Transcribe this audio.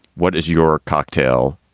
what is your cocktail,